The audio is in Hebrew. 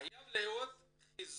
חייב להיות חיזוק